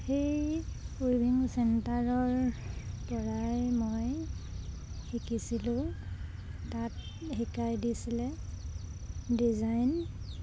সেই উইভিং চেণ্টাৰৰ পৰাই মই শিকিছিলোঁ তাত শিকাই দিছিলে ডিজাইন